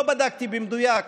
לא בדקתי במדויק,